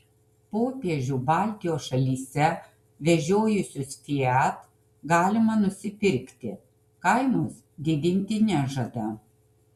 popiežių baltijos šalyse vežiojusius fiat galima nusipirkti kainos didinti nežada